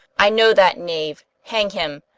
i know that knave, hang him!